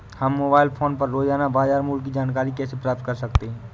हम mobile phone पर रोजाना बाजार मूल्य की जानकारी कैसे प्राप्त कर सकते हैं?